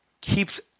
keeps